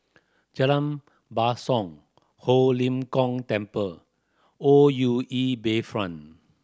Jalan Basong Ho Lim Kong Temple O U E Bayfront